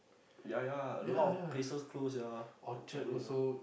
ya ya a lot of places close sia got Chinese New Year